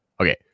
Okay